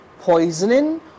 poisoning